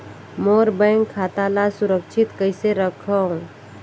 मोर bank खाता ला सुरक्षित कइसे रखव?